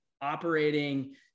operating